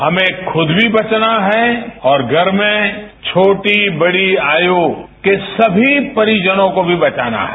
हमें खुद भी बचना है और घर में छोटी बड़ी आयू के सभी परिजनों को भी बचाना है